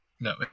No